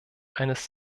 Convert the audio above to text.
eines